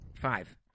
Five